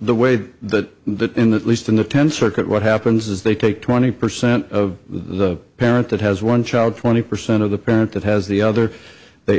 the way that the in that least in the tenth circuit what happens is they take twenty percent of the parent that has one child twenty percent of the parent that has the other they